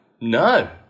no